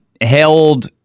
held